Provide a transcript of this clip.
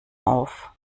auf